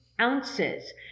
ounces